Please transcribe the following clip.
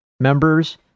members